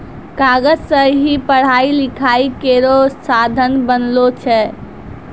कागज सें ही पढ़ाई लिखाई केरो साधन बनलो छै